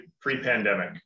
pre-pandemic